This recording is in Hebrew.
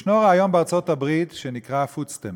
יש רעיון בארצות-הברית שנקרא Food Stamps,